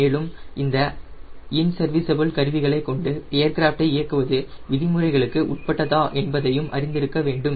மேலும் அந்த இன்சர்விஸபுள் கருவிகளைக் கொண்டு ஏர்கிராஃப்டை இயக்குவது விதிமுறைகளுக்கு உட்பட்டதா என்பதையும் அறிந்திருக்க வேண்டும்